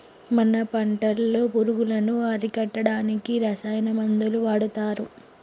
మన పంటలో పురుగులను అరికట్టడానికి రసాయన మందులు వాడతారు